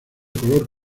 color